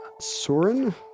Soren